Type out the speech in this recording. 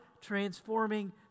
transforming